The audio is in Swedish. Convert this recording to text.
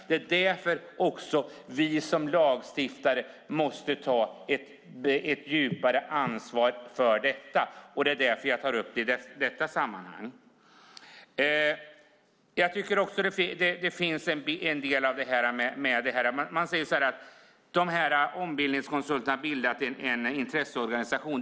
Det är därför vi som lagstiftare måste ta ett djupare ansvar för detta, och det är därför jag tar upp det i detta sammanhang. Beatrice Ask säger att ombildningskonsulterna har bildat en intresseorganisation.